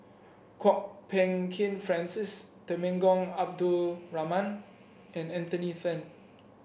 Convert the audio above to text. Kwok Peng Kin Francis Temenggong Abdul Rahman and Anthony Then